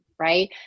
Right